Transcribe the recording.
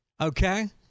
Okay